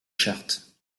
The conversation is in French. charte